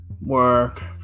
work